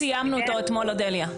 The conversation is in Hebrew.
סיימנו אותו אתמול, אודליה.